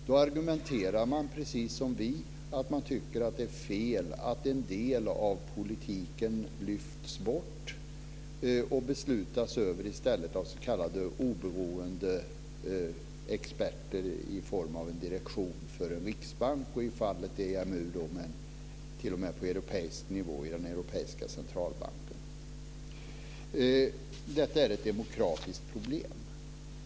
Då argumenterar man precis som vi, att man tycker att det är fel att en del av politiken lyfts bort och i stället beslutas av s.k. oberoende experter i form av en direktion för en riksbank, och i fallet EMU t.o.m. på europeisk nivå i den europeiska centralbanken. Detta är ett demokratiskt problem.